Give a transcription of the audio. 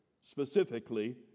specifically